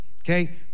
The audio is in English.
Okay